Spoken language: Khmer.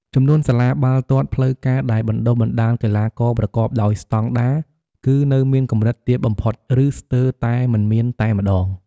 ចំនួនសាលាបាល់ទាត់ផ្លូវការដែលបណ្តុះបណ្តាលកីឡាករប្រកបដោយស្តង់ដារគឺនៅមានកម្រិតទាបបំផុត ឬស្ទើរតែមិនមានតែម្តង។